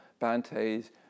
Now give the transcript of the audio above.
Bante's